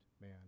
man